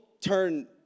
turn